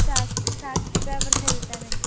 సాక్ష్ Sakshi paper చదువుతానండి